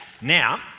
Now